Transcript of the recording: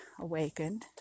awakened